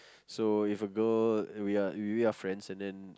so if a girl we are we're are friends and then